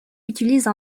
utilise